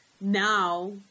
now